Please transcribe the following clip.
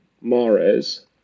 Mares